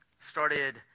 started